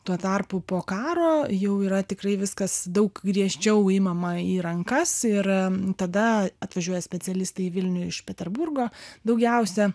tuo tarpu po karo jau yra tikrai viskas daug griežčiau imama į rankas ir tada atvažiuoja specialistai į vilnių iš peterburgo daugiausia